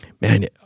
man